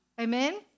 Amen